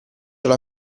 alla